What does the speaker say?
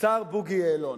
השר בוגי יֵעֶלון,